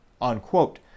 Unquote